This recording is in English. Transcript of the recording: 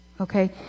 okay